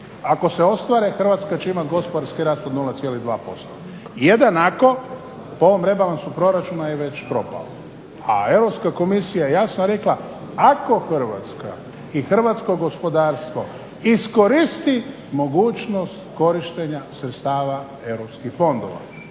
ako se ostvare Hrvatska će imati gospodarski rast od 0,2%. Jedan ako po ovom rebalansu proračuna je već propao. A Europska komisija je jasno rekla ako Hrvatska i hrvatsko gospodarstvo iskoristi mogućnost korištenja sredstava Europskih fondova